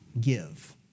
give